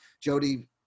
Jody